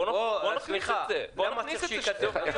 --- אז בוא נכניס את זה שזה יהיה כתוב.